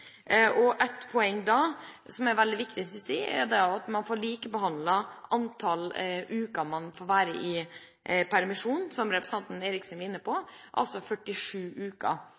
det gjelder antall uker man får være i permisjon, som representanten Eriksen er inne på, altså 47 uker.